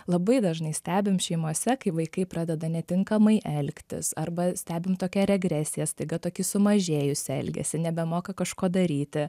labai dažnai stebim šeimose kai vaikai pradeda netinkamai elgtis arba stebim tokią regresiją staiga tokį sumažėjusį elgesį nebemoka kažko daryti